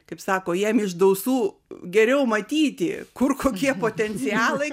kaip sako jiem iš dausų geriau matyti kur kokie potencialai